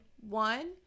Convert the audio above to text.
One